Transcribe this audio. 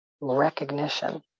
Recognition